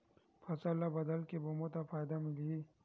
फसल ल बदल के बोबो त फ़ायदा मिलही?